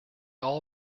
all